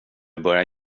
börjar